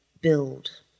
build